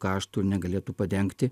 kaštų ir negalėtų padengti